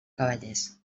cavallers